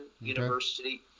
University